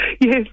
Yes